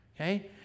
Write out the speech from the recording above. Okay